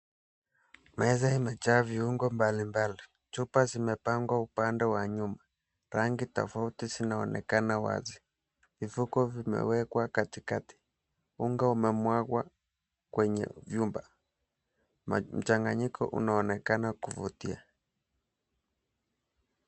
Meza imejaa viungo mbalimbali, chupa zimepangwa upande wa nyuma, rangi tafauti zinaonekana wazi, vifuko vimewekwa katikati, unga umemwagwa kwenye vyumba, mchanganyiko unaonekana kuvutia.